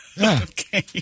Okay